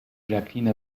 jacqueline